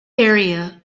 area